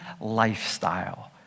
lifestyle